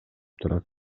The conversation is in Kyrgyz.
турат